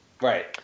Right